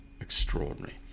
extraordinary